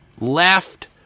Left